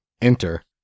Enter